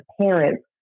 parents